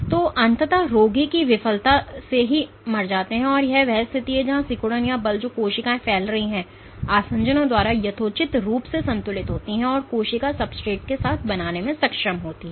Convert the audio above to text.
तो अंततः रोगी अंग की विफलता से मर जाते हैं और यह वह स्थिति है जहां सिकुड़न या बल जो कोशिकाएं फैल रही हैं वे आसंजनों द्वारा यथोचित रूप से संतुलित होती हैं जो कोशिका सब्सट्रेट के साथ बनाने में सक्षम होती है